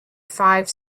five